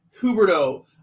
Huberto